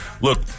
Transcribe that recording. look